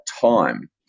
time